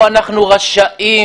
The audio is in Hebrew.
פה אנחנו רשאים.